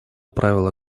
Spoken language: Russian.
правило